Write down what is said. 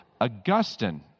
Augustine